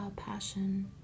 passion